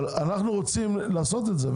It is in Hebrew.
אבל אנחנו רוצים לעשות את זה,